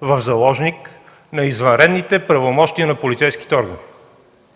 в заложник на извънредните правомощия на полицейските органи.